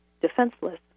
defenseless